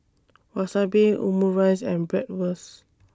Wasabi Omurice and Bratwurst